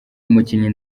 umukinnyi